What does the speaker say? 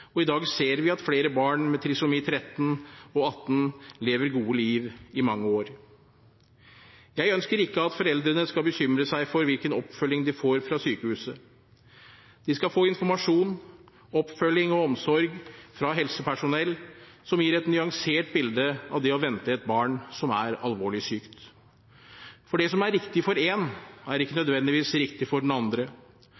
og i dag ser vi at flere barn med trisomi 13 og 18 lever gode liv i mange år. Jeg ønsker ikke at foreldrene skal bekymre seg for hvilken oppfølging de får fra sykehuset. De skal få informasjon, oppfølging og omsorg fra helsepersonell, som gir et nyansert bilde av det å vente et barn som er alvorlig sykt. For det som er riktig for én, er ikke